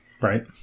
right